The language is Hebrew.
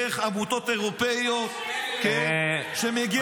דרך עמותות אירופיות שמגיע לאנשים האלה.